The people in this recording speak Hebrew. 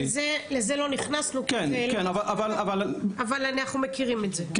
לזה לא נכנסנו אבל אנחנו מכירים את זה.